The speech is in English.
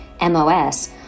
MOS